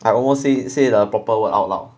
I almost said said the proper word out loud